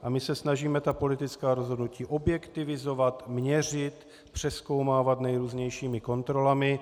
A my se snažíme ta politická rozhodnutí objektivizovat, měřit, přezkoumávat nejrůznějšími kontrolami.